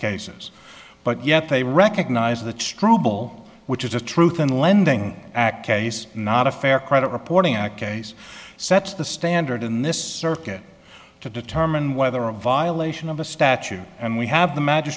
cases but yet they recognize the struble which is a truth in lending act case not a fair credit reporting act case sets the standard in this circuit to determine whether a violation of a statute and we have the magi